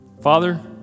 Father